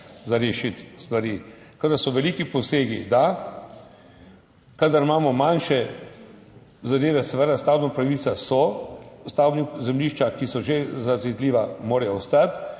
za rešiti stvari. Kadar so veliki posegi, da, kadar imamo manjše zadeve, seveda stavbne pravice so, stavbna zemljišča, ki so že zazidljiva, morajo ostati